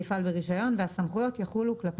יפעל ברישיון והסמכויות יחולו כלפי כולם.